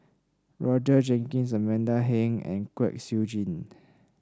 Roger Jenkins Amanda Heng and Kwek Siew Jin